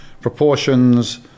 proportions